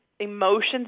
emotions